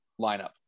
lineup